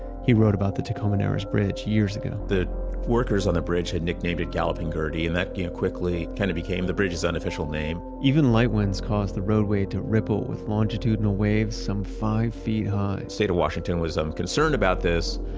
he wrote about the tacoma narrows bridge years ago the workers on the bridge had nicknamed it galloping gertie and that came quickly kind of became the bridges unofficial name even light winds caused the roadway to ripple with longitudinal waves some five feet high the state of washington was um concerned about this,